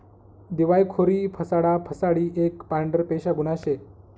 दिवायखोरी फसाडा फसाडी एक पांढरपेशा गुन्हा शे